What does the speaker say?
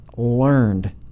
Learned